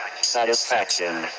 satisfaction